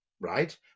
right